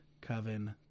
Coven